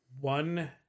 one